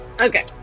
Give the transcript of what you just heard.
okay